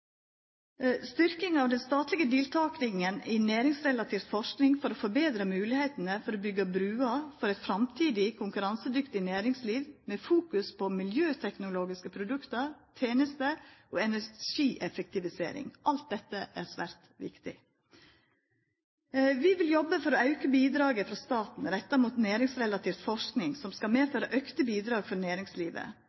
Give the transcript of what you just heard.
Styrking av den statlege deltakinga i næringsrelatert forsking for å betra moglegheitene for å byggja bruer for eit framtidig konkurransedyktig næringsliv med fokus på miljøteknologiske produkt, tenester og energieffektivisering, er alt saman svært viktig. Vi vil jobba for å auka bidraget frå staten retta mot næringsrelatert forsking, som skal føra med